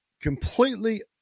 completely